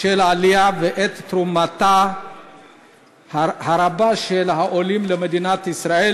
של העלייה ואת תרומתם הרבה של העולים למדינת ישראל,